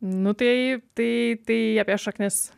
nu tai tai tai apie šaknis